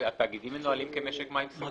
התאגידים מנוהלים כמשק מים סגור.